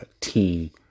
team